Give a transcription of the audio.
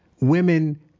women